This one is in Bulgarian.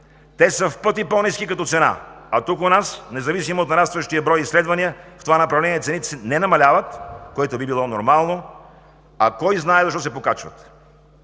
те са в пъти по-ниски като цена, а у нас, независимо от нарастващия брой изследвания в това направление, не намаляват цените, което би било нормално, а кой знае защо се покачват.